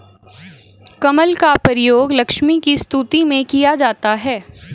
कमल का प्रयोग लक्ष्मी की स्तुति में किया जाता है